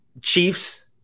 Chiefs